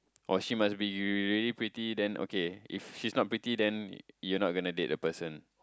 or she must be really pretty then okay if she's not pretty then you're not gonna date the person